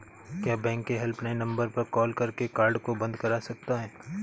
क्या बैंक के helpline number पर कॉल करके कार्ड को बंद करा सकते हैं?